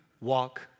walk